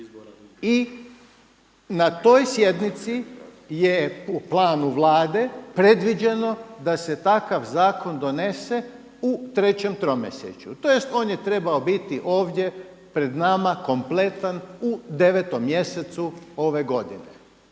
i na toj sjednici je u planu Vlade predviđeno da se takav zakon donese u trećem tromjesečju tj. on je trebao biti ovdje pred nama kompletan u 9. mjesecu ove godine.